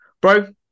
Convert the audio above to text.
bro